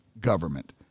government